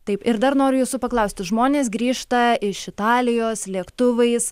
taip ir dar noriu jūsų paklausti žmonės grįžta iš italijos lėktuvais